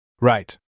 Right